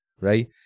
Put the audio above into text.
right